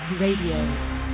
RADIO